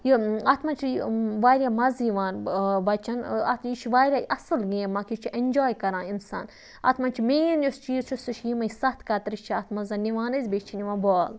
یہِ اَتھ منٛز وارِیاہ مَزٕ یِوان بچن اَتھ یہِ چھُ وارِیاہ اصٕل گیم اکھ یہِ چھُ اٮ۪نجاے کَران اِنسان اَتھ منٛز چھِ مین یُس چیٖز چھُ سُہ چھِ یِمَے سَتھ کترِ چھِ اَتھ منٛز نِوان أسۍ بیٚیہِ چھِ نِوان بال